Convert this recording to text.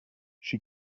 she